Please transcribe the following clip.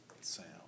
sound